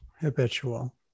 habitual